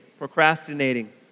Procrastinating